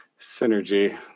synergy